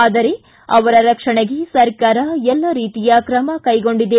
ಆದರೆ ಅವರ ರಕ್ಷಣೆಗೆ ಸರ್ಕಾರ ಎಲ್ಲ ರೀತಿಯ ಕ್ರಮ ಕೈಗೊಂಡಿದೆ